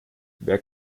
wer